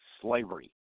slavery